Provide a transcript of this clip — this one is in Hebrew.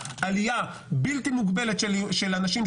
עלייה בלתי-מוגבלת של אנשים,